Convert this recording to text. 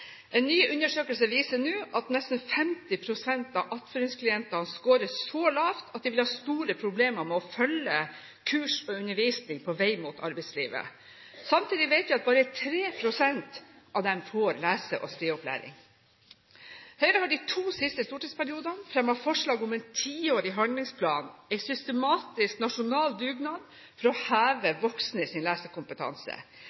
En ny undersøkelse viser nå at nesten 50 pst. av attføringsklientene skårer så lavt at de ville ha hatt store problemer med å følge kurs og undervisning på vei mot arbeidslivet. Samtidig vet vi at bare 3 pst. av dem får lese- og skriveopplæring. Høyre har de to siste stortingsperiodene fremmet forslag om en tiårig handlingsplan – en systematisk, nasjonal dugnad – for å